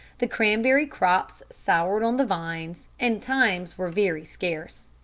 the cranberry-crops soured on the vines, and times were very scarce.